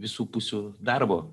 visų pusių darbo